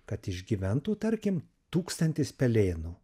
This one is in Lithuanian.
kad išgyventų tarkim tūkstantis pelėnų